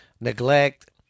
neglect